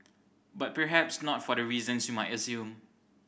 but perhaps not for the reasons you might assume